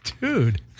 Dude